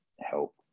help